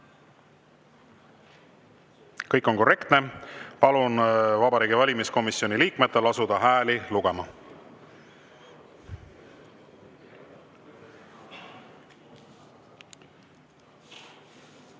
Kõik on korrektne. Palun Vabariigi Valimiskomisjoni liikmetel asuda hääli